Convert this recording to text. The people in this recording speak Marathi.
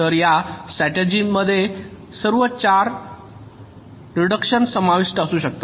तर या स्ट्रॅटेजिस मध्ये या सर्व 4 चे रीडकशन समाविष्ट असू शकते